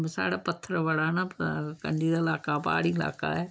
बाऽ साढ़े पत्थर बड़ा ना कंडी दा लाका प्हाड़ी लाका ऐ